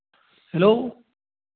hello